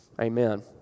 Amen